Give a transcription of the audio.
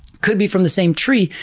could be from the same tree,